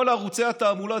כל ערוצי התעמולה,